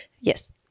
Yes